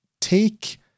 take